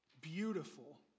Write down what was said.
beautiful